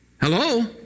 Hello